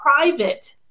private